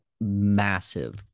massive